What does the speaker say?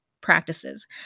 practices